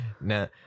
Now